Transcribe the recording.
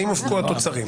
האם הופקו התוצרים?